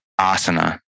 asana